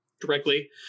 directly